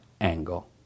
angle